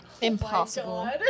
Impossible